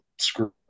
screw